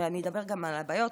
אבל אני אדבר גם על הבעיות.